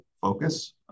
focus